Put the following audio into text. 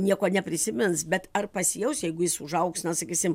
nieko neprisimins bet ar pasijaus jeigu jis užaugs na sakysim